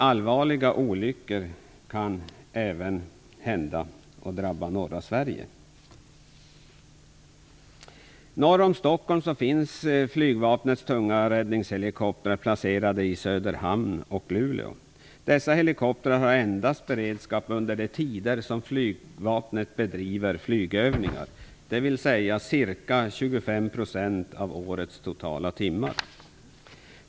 Allvarliga olyckor kan inträffa även i norra Sverige. Norr om Stockholm finns flygvapnets tunga räddningshelikoptrar placerade i Söderhamn och i Luleå. Dessa helikoptrar har endast beredskap under de tider då flygvapnet bedriver flygövningar, dvs. ca 25 % av årets totala timmar.